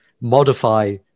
modify